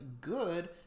good